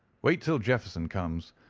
wait till jefferson comes,